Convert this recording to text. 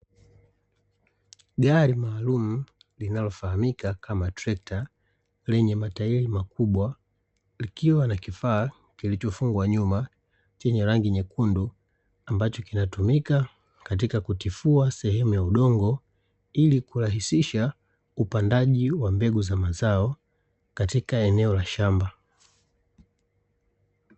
Gari maalumu linalofahamika kama trekta lenye matairi makubwa, likiwa na kifaa kilichofungwa nyuma, chenye rangi nyekundu, ambacho kinatumika katika kutifua sehemu ya udongo ili kurahisisha upandaji wa mbegu za mazao katika eneo la shamba.